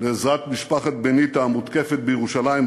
לעזרת משפחת בניטה המותקפת בירושלים,